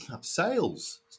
sales